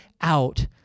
out